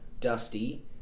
Dusty